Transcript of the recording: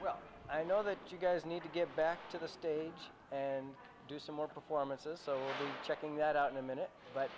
then i know that you guys need to get back to the stage and do some more performances so checking that out in a minute but